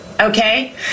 Okay